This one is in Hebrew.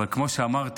אבל כמו שאמרתי,